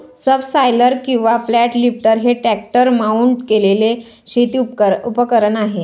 subsoiler किंवा flat lifter हे tractor mount केलेले शेती उपकरण आहे